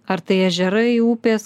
ar tai ežerai upės